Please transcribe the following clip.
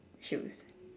shoes